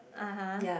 (uh huh)